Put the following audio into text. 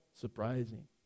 surprising